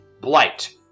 blight